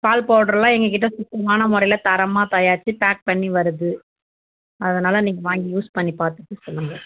பால் பவுட்ருலாம் எங்கக்கிட்டே சுத்தமான முறையில தரமாக தயாரித்து பேக் பண்ணி வருது அதனால் நீங்கள் வாங்கி யூஸ் பண்ணி பார்த்துட்டு சொல்லுங்க